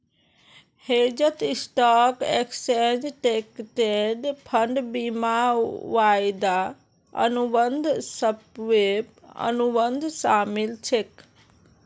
हेजत stock, exchange traded fund, बीमा, वायदा अनुबंध, स्वैप, अनुबंध शामिल छेक